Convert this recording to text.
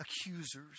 accusers